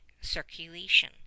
circulation